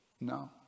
No